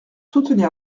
soutenir